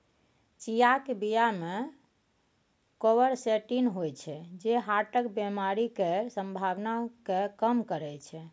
चियाक बीया मे क्वरसेटीन होइ छै जे हार्टक बेमारी केर संभाबना केँ कम करय छै